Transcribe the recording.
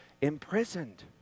imprisoned